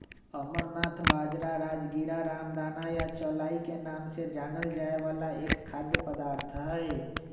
amaranth बाजरा, राजगीरा, रामदाना या चौलाई के नाम से जानल जाय वाला एक खाद्य पदार्थ हई